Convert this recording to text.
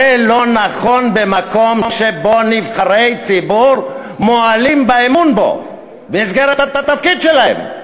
זה לא נכון במקום שבו נבחרי ציבור מועלים באמון במסגרת התפקיד שלהם.